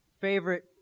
favorite